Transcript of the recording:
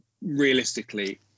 realistically